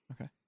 Okay